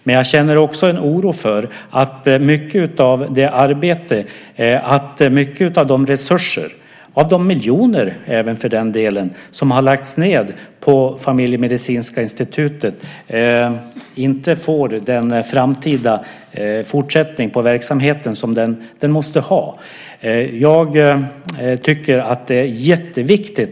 Men jag känner också en oro för att mycket av det arbete och de resurser som har lagts ned - för den delen även av de miljoner som har lagts ned på Familjemedicinska institutet - inte ger den framtida fortsättning på verksamheten som vi måste ha.